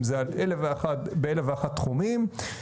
אם זה אלף-ואחת תחומים,